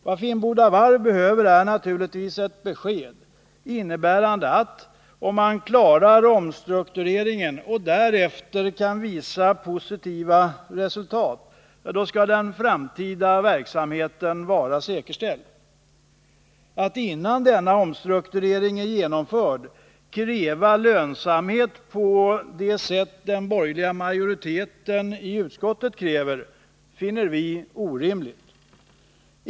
Vad Finnboda Varf behöver är naturligtvis ett besked, innebärande att om man klarar omstruktureringen och därefter kan visa positiva resultat, så skall den framtida verksamheten vara säkerställd. Att innan denna omstrukturering är genomförd kräva lönsamhet på det sätt den borgerliga majoriteten i utskottet kräver, finner vi orimligt.